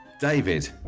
David